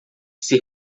ser